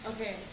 Okay